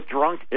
Drunk